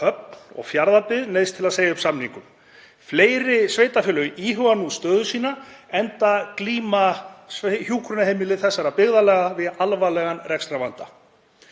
Höfn og Fjarðabyggð, neyðst til að segja upp samningum. Fleiri sveitarfélög íhuga nú stöðu sína enda glíma hjúkrunarheimili þessara byggðarlaga við alvarlegan rekstrarvanda.